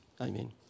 amen